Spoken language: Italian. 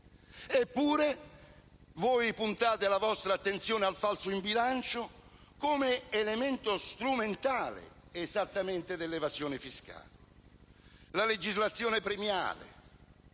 Eppure, voi puntate la vostra attenzione al falso in bilancio come elemento strumentale esattamente dell'evasione fiscale. Che senso ha la legislazione premiale